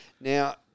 Now